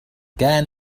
كان